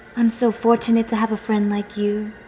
i'm so fortunate to have a friend like you.